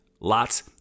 lots